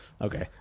Okay